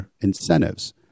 incentives